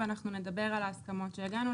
ואנחנו נדבר על ההסכמות שהגענו,